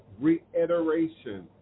reiteration